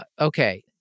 Okay